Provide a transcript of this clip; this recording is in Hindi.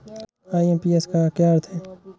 आई.एम.पी.एस का क्या अर्थ है?